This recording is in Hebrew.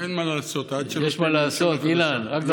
אין מה לעשות עד שלא תקום ממשלה חדשה.